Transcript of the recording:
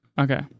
Okay